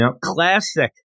Classic